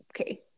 okay